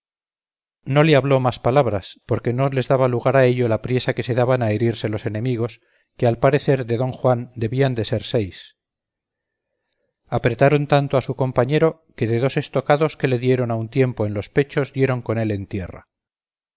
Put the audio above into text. no le habló más palabras porque no les daba lugar a ello la priesa que se daban a herirse los enemigos que al parecer de don juan debían de ser seis apretaron tanto a su compañero que de dos estocadas que le dieron a un tiempo en los pechos dieron con él en tierra